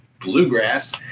Bluegrass